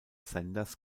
senders